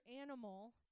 animal